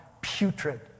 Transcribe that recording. putrid